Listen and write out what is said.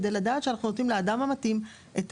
כדי לדעת שאנחנו נותנים לאדם המתאים את